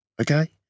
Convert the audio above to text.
okay